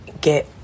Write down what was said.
get